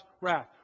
wrath